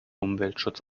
umweltschutz